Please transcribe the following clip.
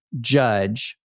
judge